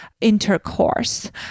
intercourse